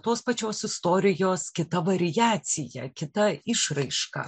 tos pačios istorijos kita variacija kita išraiška